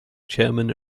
chairman